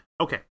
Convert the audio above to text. Okay